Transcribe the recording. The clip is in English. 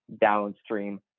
downstream